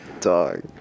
Dog